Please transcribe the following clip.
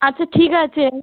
আচ্ছা ঠিক আছে